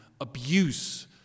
abuse